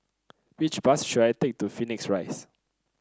which bus should I take to Phoenix Rise